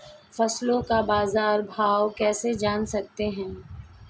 फसलों का बाज़ार भाव कैसे जान सकते हैं?